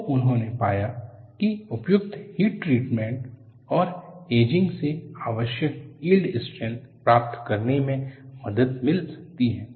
तो उन्होंने पाया की उपयुक्त हीट ट्रीटमेंट और एजिंग से आवश्यक यील्ड स्ट्रेंथ प्राप्त करने में मदद मिल सकती है